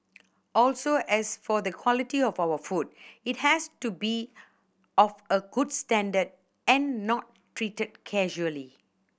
also as for the quality of our food it has to be of a good standard and not treated casually